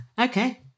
Okay